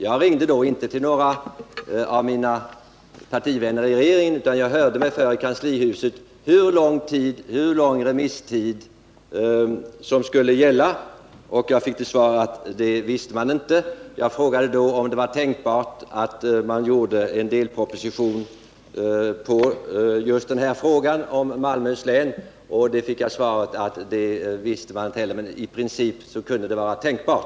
Jag ringde då men inte till några av mina partivänner i regeringen, utan jag hörde mig för i kanslihuset om hur lång remisstid som skulle gälla, och jag fick till svar att man inte kände till det. Jag frågade då om det var tänkbart att regeringen gjorde en delproposition på just den här frågan om Malmöhus län, och på den fick jag svaret att man inte visste det heller men att det i princip vore tänkbart.